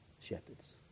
shepherds